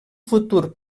futur